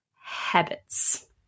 habits